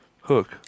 hook